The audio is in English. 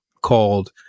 called